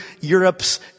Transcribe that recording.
Europe's